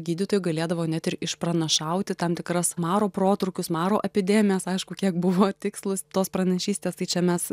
gydytojai galėdavo net ir išpranašauti tam tikras maro protrūkius maro epidemijas aišku kiek buvo tikslūs tos pranašystės tai čia mes